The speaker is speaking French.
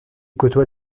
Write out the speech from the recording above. côtoie